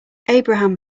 abraham